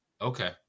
Okay